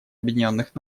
объединенных